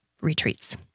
retreats